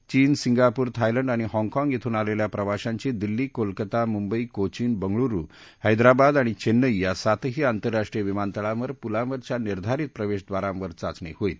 चीन Singapore Thailand आणि हाँगकाँग श्रून आलेल्या प्रवाशांची दिल्ली कोलकत्ता मुंबई कोचिन बंगळुरु हैदराबाद आणि चैन्नई या सातही आंतरराष्ट्रीय विमानतळांवर पुलांवरच्या निर्धारित प्रवेशद्वारांवर चाचणी होईल